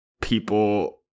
people